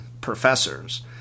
professors